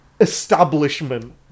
establishment